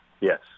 Yes